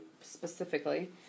specifically